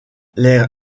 les